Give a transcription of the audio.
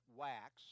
wax